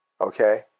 okay